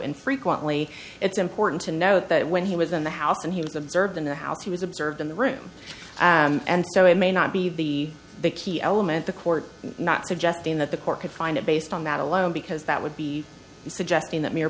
infrequently it's important to note that when he was in the house and he was observed in the house he was observed in the room and so it may not be the key element the court not suggesting that the court could find it based on that alone because that would be suggesting that